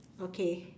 okay